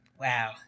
wow